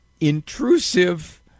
intrusive